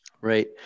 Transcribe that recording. Right